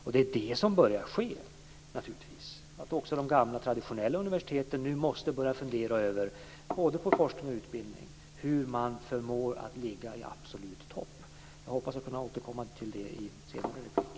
Det som nu naturligtvis börjar ske är att också de gamla traditionella universiteten måste börja fundera över, både när det gäller forskning och utbildning, hur de förmår att ligga i absolut topp. Jag hoppas att kunna återkomma till detta i ett senare inlägg.